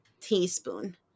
teaspoon